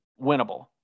winnable